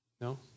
No